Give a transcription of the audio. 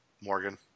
Morgan